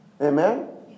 Amen